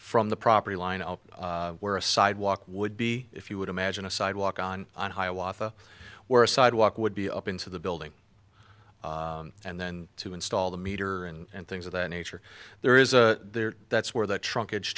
from the property line up where a sidewalk would be if you would imagine a sidewalk on on hiawatha where a sidewalk would be up into the building and then to install the meter and things of that nature there is a there that's where the trunk edge